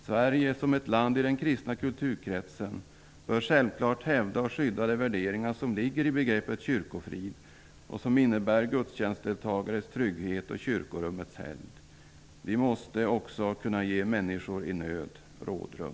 Sverige som ett land i den kristna kulturkretsen bör självklart hävda och skydda de värderingar som ligger i begreppet kyrkofrid och som innebär gudstjänstdeltagares trygghet och kyrkorummets helgd. Vi måste också kunna ge människor i nöd rådrum.